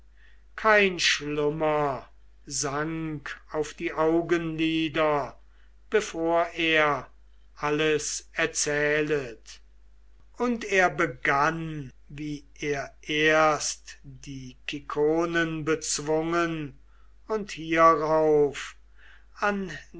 kein schlummer sank auf die augenlider bevor er alles erzählet und er begann wie er erst die kikonen bezwungen und hierauf an